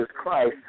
Christ